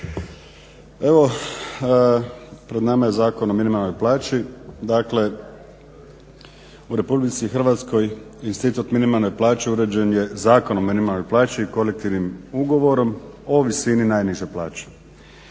Evo pred nama je Zakon o minimalnoj plaći, dakle u RH institut minimalne plaće uređen je Zakonom o minimalnoj plaći i kolektivnim ugovori o visini najniže plaće.